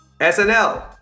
SNL